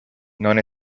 non